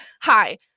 hi